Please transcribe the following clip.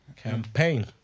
Campaign